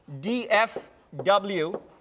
dfw